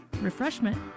refreshment